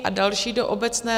A další do obecné...